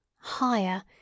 higher